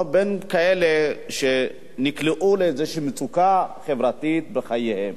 או כאלה שנקלעו לאיזו מצוקה חברתית בחייהם.